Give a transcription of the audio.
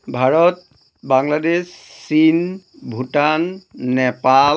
ভাৰত বাংলাদেশ চীন ভূটান নেপাল